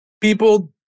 people